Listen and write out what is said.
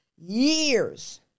years